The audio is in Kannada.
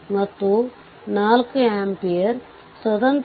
ಮತ್ತು ಇನ್ಪುಟ್ ಪ್ರತಿರೋಧವನ್ನು RThevenin ಪಡೆಯಬೇಕು